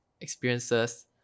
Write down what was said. experiences